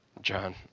John